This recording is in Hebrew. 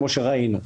כמו שראינו.